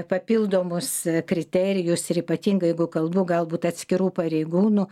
papildomus kriterijus ir ypatingai jeigu kalbu galbūt atskirų pareigūnų